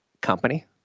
company